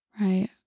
right